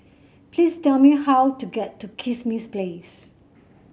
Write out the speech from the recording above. please tell me how to get to Kismis Place